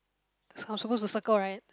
it's countable to circle right